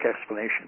explanation